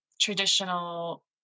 traditional